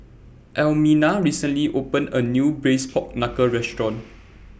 Almina recently opened A New Braised Pork Knuckle Restaurant